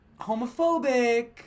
homophobic